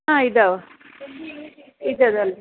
ಹಾಂ ಇದ್ದಾವೆ ಇದ್ದದಲ್ಲ ರಿ